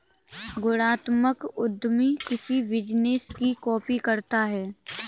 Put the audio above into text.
गुणात्मक उद्यमी किसी बिजनेस की कॉपी करता है